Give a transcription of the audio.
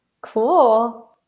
cool